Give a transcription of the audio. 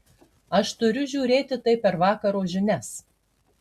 aš turiu žiūrėti tai per vakaro žinias